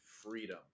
freedom